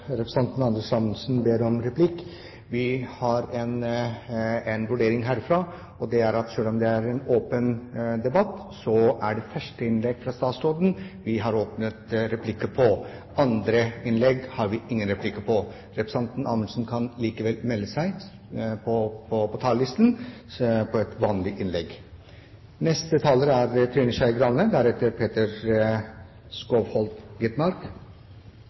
representanten Anders Anundsen ber om replikk. Vi vurderer det slik at selv om det er en åpen debatt, er det etter det første innlegget fra statsråden vi har åpnet for replikker. Etter det andre innlegget er det ikke anledning til replikker. Representanten Anundsen kan likevel melde seg på talerlisten til et vanlig innlegg.